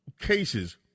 cases